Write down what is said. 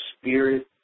spirit